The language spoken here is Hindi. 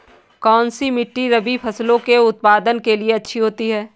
कौनसी मिट्टी रबी फसलों के उत्पादन के लिए अच्छी होती है?